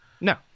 No